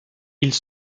ils